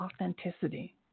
authenticity